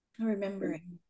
Remembering